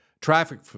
Traffic